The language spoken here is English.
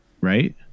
right